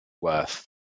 worth